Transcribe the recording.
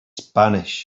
spanish